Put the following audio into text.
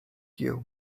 you